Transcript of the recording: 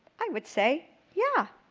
i would say yeah.